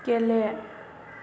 गेले